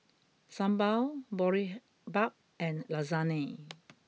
Sambar Boribap and Lasagne